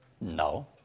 No